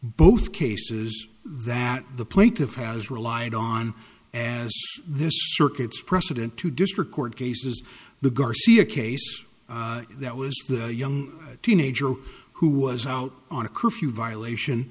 both cases that the plaintiff has relied on as this circuit's precedent to district court cases the garcia case that was the young teenager who was out on a curfew violation